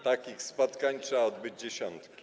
Takich spotkań trzeba odbyć dziesiątki.